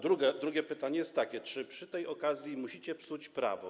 Drugie pytanie jest takie: Czy przy tej okazji musicie psuć prawo?